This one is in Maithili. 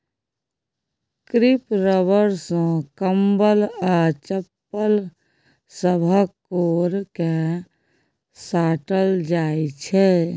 क्रीप रबर सँ कंबल आ चप्पल सभक कोर केँ साटल जाइ छै